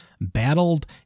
battled